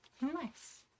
Nice